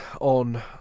on